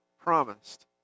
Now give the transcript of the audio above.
promised